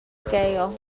scale